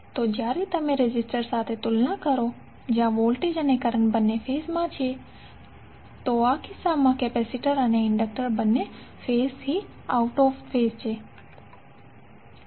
તો જ્યારે તમે રેઝિસ્ટર સાથે તુલના કરો જ્યાં વોલ્ટેજ અને કરંટ બંને ફેઝમાં છે તો આ કિસ્સામાં કેપેસિટર અને ઇન્ડેક્ટર બંને ફેઝથી આઉટ ઓફ ફેઇઝ હશે